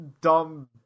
dumb